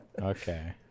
Okay